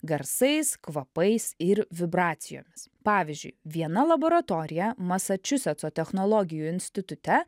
garsais kvapais ir vibracijomis pavyzdžiui viena laboratorija masačiusetso technologijų institute